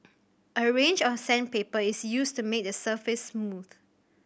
a range of sandpaper is used to make the surface smooth